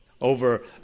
over